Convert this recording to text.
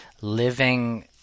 living